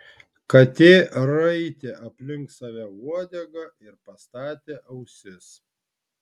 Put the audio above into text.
katė raitė aplink save uodegą ir pastatė ausis